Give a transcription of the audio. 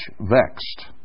vexed